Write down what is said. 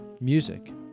music